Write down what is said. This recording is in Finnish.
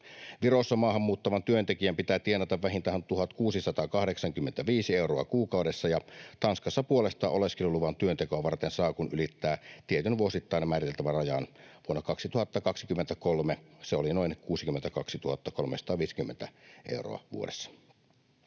Virossa maahanmuuttavan työntekijän pitää tienata vähintään 1 685 euroa kuukaudessa, ja Tanskassa puolestaan oleskeluluvan työntekoa varten saa, kun ylittää tietyn vuosittain määriteltävän rajan. Vuonna 2023 se oli noin 62 350 euroa vuodessa.